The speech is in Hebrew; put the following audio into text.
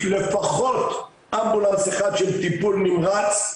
לפחות אמבולנס אחד של טיפול נמרץ,